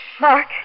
Mark